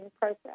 process